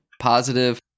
positive